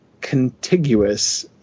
contiguous